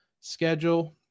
schedule